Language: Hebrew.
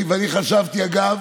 אני חשבתי, אגב,